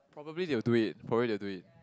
probably they'll do it probably they'll do it